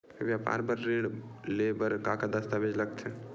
व्यापार बर ऋण ले बर का का दस्तावेज लगथे?